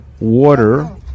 Water